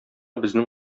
безнең